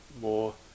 more